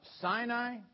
Sinai